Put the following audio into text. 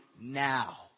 now